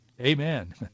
Amen